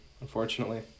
unfortunately